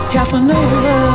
Casanova